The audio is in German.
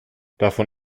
davon